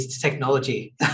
technology